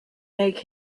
make